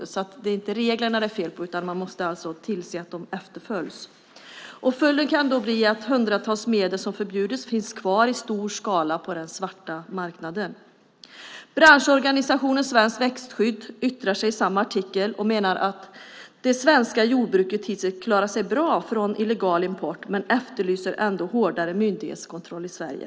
Det är alltså inte reglerna som det är fel på, utan man måste se till att dessa efterföljs. Följden kan bli att hundratals förbjudna medel finns kvar i stor skala på den svarta marknaden. Branschorganisationen Svenskt Växtskydd yttrar sig i samma artikel och menar att det svenska jordbruket hittills klarat sig bra från illegal import. Ändå efterlyser man en hårdare myndighetskontroll i Sverige.